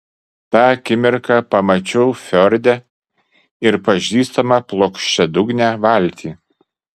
tą akimirką pamačiau fjorde ir pažįstamą plokščiadugnę valtį